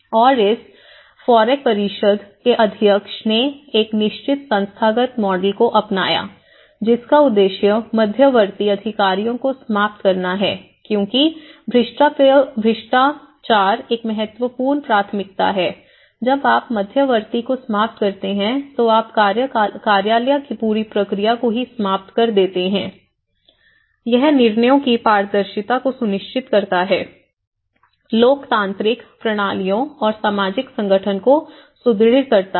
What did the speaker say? और इस F O R E C परिषद के अध्यक्ष ने एक निश्चित संस्थागत मॉडल को अपनाया जिसका उद्देश्य मध्यवर्ती अधिकारियों को समाप्त करना है क्योंकि भ्रष्टाचार एक महत्वपूर्ण प्राथमिकता है जब आप मध्यवर्ती को समाप्त करते हैं तो आप कार्यालय की पूरी प्रक्रिया को ही समाप्त कर देते हैं यह निर्णयों की पारदर्शिता को सुनिश्चित करता है लोकतांत्रिक प्रणालियों और सामाजिक संगठन को सुदृढ़ करता है